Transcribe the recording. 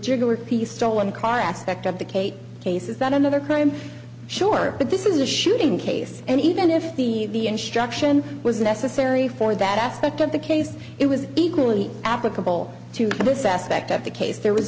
jugular piece stolen car aspect of the cape case is that another crime sure but this is a shooting case and even if the instruction was necessary for that aspect of the case it was equally applicable to this aspect of the case there was